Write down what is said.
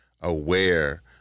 aware